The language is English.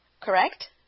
correct